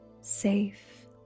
safe